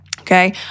Okay